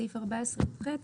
סעיף 14יח,